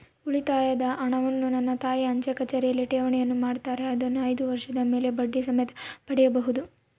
ಉಳಿತಾಯದ ಹಣವನ್ನು ನನ್ನ ತಾಯಿ ಅಂಚೆಕಚೇರಿಯಲ್ಲಿ ಠೇವಣಿಯನ್ನು ಮಾಡುತ್ತಾರೆ, ಅದನ್ನು ಐದು ವರ್ಷದ ಮೇಲೆ ಬಡ್ಡಿ ಸಮೇತ ಪಡೆಯಬಹುದು